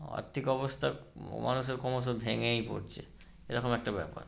আর্থিক অবস্থা মানুষের ক্রমশ ভেঙ্গেই পড়ছে এরকম একটা ব্যাপার